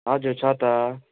हजुर छ त